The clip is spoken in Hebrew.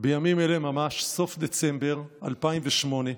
בימים אלה ממש, בסוף דצמבר 2008,